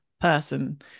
person